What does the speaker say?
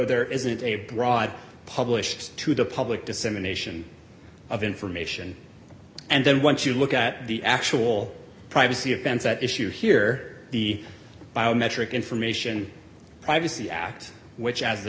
there isn't a broad published to the public dissemination of information and then once you look at the actual privacy offense at issue here the biometric information privacy act which as th